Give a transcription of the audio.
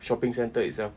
shopping centre itself